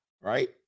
Right